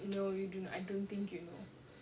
no you do not I don't think you know